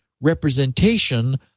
representation